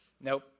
Nope